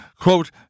Quote